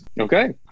okay